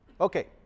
Okay